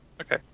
Okay